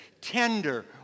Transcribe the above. Tender